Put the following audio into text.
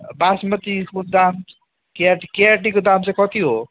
बासमतीको दाम केआरटी केआरटीको दाम चाहिँ कति हो